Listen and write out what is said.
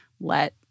let